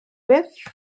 beth